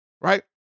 right